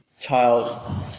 child